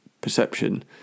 perception